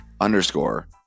underscore